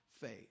faith